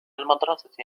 المدرسة